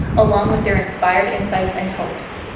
along with their inspired insights and hopes.